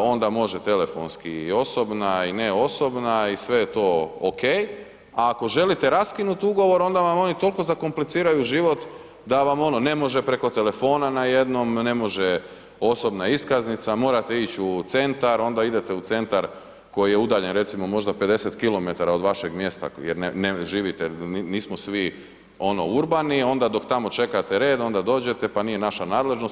onda može telefonski i osobna i ne osobna i sve to ok, a ako želite raskinuti ugovor onda vam toliko zakompliciraju život da vam ono ne može preko telefona najednom, ne može osobna iskaznica, morate ići u centar, onda idete u centar koji je udaljen recimo možda 50 km od vašeg mjesta jer ne živite, nismo svi ono urbani, onda dok tamo čekate red, onda dođete, pa nije naša nadležnost.